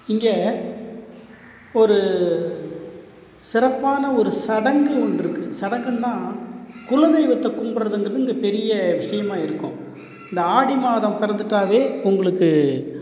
இங்கே ஒரு சிறப்பான ஒரு சடங்கு ஒன்றுக்கு சடங்குதுன்னா குலதெய்வத்தை கும்பிட்றதுங்கிறது இங்கே பெரிய விஷயமாக இருக்கும் இந்த ஆடி மாதம் பொறந்துட்டாவே உங்களுக்கு